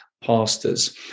pastors